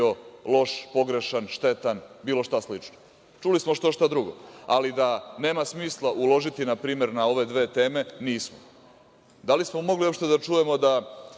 loš, pogrešan, štetan, bilo šta slično. Čuli smo što šta drugo, ali da nema smisla uložiti na primer na ove dve teme, to nismo. Da li smo mogli uopšte da čujemo da